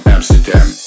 Amsterdam